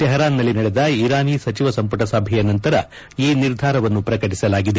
ತೆಹರಾನ್ನಲ್ಲಿ ನಡೆದ ಇರಾನಿ ಸಚಿವ ಸಂಪುಟ ಸಭೆಯ ನಂತರ ಈ ನಿರ್ಧಾರವನ್ನು ಪ್ರಕಟಸಲಾಗಿದೆ